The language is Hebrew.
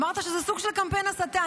אמרת שזה זה סוג של קמפיין הסתה.